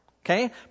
Okay